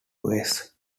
ways